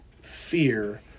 fear